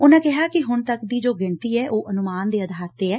ਉਨਾਂ ਕਿਹਾ ਕਿ ਹੁਣ ਤੱਕ ਦੀ ਜੋ ਗਿਣਤੀ ਐ ਉਹ ਅਨੁਮਾਨ ਦੇ ਆਧਾਰ ਤੇ ਐ